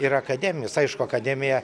ir akademijos aišku akademija